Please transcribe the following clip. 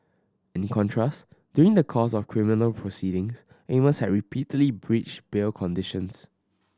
in contrast during the course of criminal proceedings Amos had repeatedly breached bail conditions